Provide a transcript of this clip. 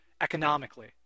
economically